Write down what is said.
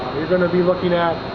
going to be looking at